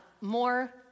more